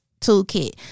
toolkit